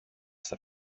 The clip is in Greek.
στα